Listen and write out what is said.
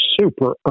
super